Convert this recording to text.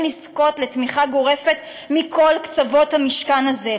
לזכות לתמיכה גורפת מכל קצוות המשכן הזה.